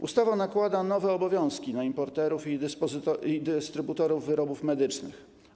Ustawa nakłada nowe obowiązki na importerów i dystrybutorów wyrobów medycznych.